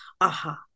aha